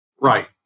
Right